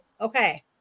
Okay